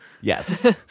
yes